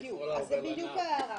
בדיוק, אז זאת בדיוק ההערה.